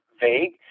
vague